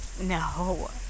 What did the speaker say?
no